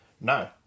No